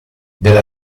della